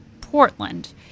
Portland